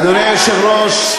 אדוני היושב-ראש,